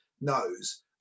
knows